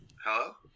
Hello